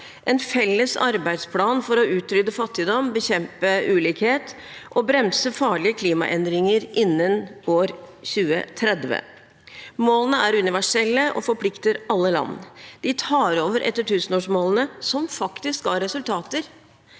en felles arbeidsplan for å utrydde fattigdom, bekjempe ulikhet og bremse farlige klimaendringer innen år 2030. Målene er universelle og forplikter alle land. De tar over etter tusenårsmålene, som faktisk ga resultater.